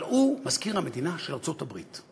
אבל הוא מזכיר המדינה של ארצות-הברית,